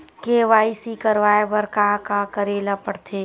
KYC करवाय बर का का करे ल पड़थे?